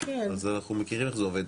אז אנחנו מכירים איך זה עובד,